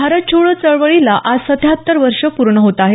भारत छोडो चळवळीला आज सत्त्याहत्तर वर्ष पूर्ण होत आहेत